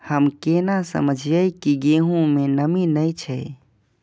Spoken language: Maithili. हम केना समझये की गेहूं में नमी ने छे?